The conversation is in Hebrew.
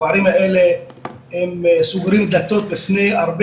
הפערים האלה הם סוגרים דלתות לפני הרבה